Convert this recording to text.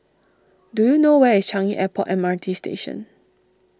do you know where is Changi Airport M R T Station